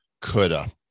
coulda